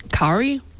Curry